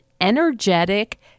energetic